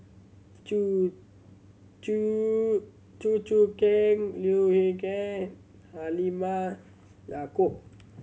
Chew Choo Chew Choo Keng Leu Yew Chye Halimah Yacob